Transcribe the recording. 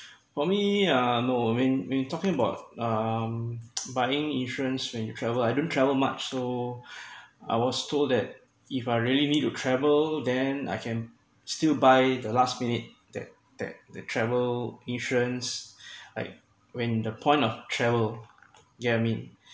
for me uh no when when talking about um buying insurance when you travel I don't travel much so I was told that if i really want to travel then I can still buy the last minute that that the travel insurance when the point of travel yeah I mean